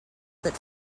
that